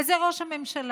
וזה ראש הממשלה,